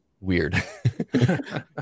weird